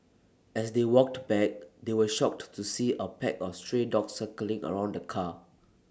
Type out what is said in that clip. as they walked back they were shocked to see A pack of stray dogs circling around the car